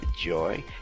Joy